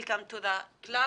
welcome to the club,